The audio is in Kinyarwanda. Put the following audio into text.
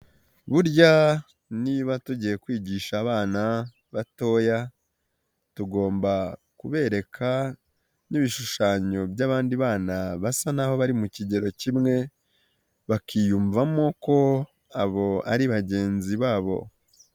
Burya niba tugiye kwigisha abana batoya tugomba kubereka n'ibishushanyo by'abandi bana basa naho bari mu kigero kimwe, bakiyumvamo ko abo ari bagenzi babo.